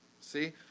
See